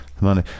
money